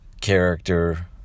character